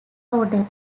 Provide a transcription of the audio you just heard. order